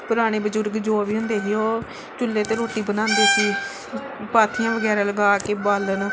ਪੁਰਾਣੇ ਬਜ਼ੁਰਗ ਜੋ ਵੀ ਹੁੰਦੇ ਸੀ ਉਹ ਚੁੱਲ੍ਹੇ 'ਤੇ ਰੋਟੀ ਬਣਾਉਂਦੇ ਸੀ ਪਾਥੀਆਂ ਵਗੈਰਾ ਲਗਾ ਕੇ ਬਾਲਣ